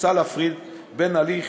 מוצע להפריד בין הליך